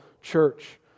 church